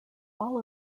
all